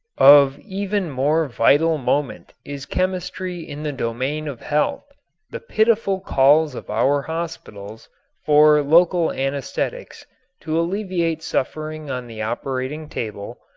of even more vital moment is chemistry in the domain of health the pitiful calls of our hospitals for local anesthetics to alleviate suffering on the operating table,